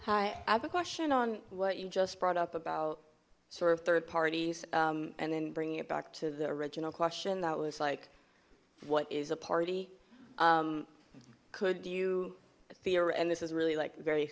hi i have a question on what you just brought up about sort of third parties and then bringing it back to the original question that was like what is a party could you fear and this is really like very